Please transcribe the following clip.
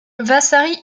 vasari